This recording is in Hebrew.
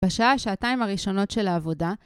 בשעה שעתיים הראשונות של העבודה